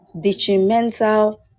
detrimental